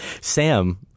Sam